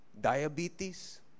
diabetes